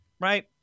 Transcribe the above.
right